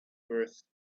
births